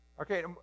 Okay